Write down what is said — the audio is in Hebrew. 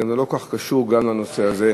וזה גם לא כל כך קשור לנושא הזה.